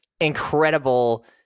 incredible